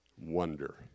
Wonder